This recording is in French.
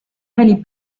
les